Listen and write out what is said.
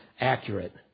accurate